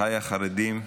אחיי החרדים,